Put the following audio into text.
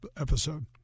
episode